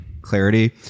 clarity